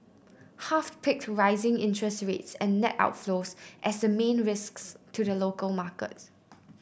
half picked rising interest rates and net outflows as the main risks to the local market